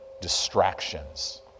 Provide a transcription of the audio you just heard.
distractions